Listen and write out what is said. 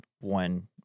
one